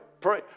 pray